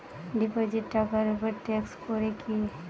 Deposit টাকার উপর tax পড়ে কি?